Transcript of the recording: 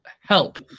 help